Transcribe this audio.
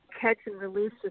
catch-and-release